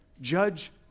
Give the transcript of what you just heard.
judge